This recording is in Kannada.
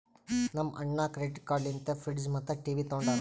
ನಮ್ ಅಣ್ಣಾ ಕ್ರೆಡಿಟ್ ಕಾರ್ಡ್ ಲಿಂತೆ ಫ್ರಿಡ್ಜ್ ಮತ್ತ ಟಿವಿ ತೊಂಡಾನ